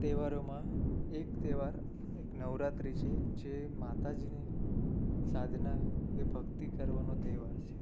તહેવારોમાં એક તહેવાર નવરાત્રિ છે જે માતાજીની સાધના કે ભક્તિ કરવાનો તહેવાર છે